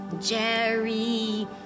jerry